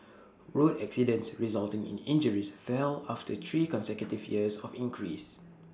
road accidents resulting in injuries fell after three consecutive years of increase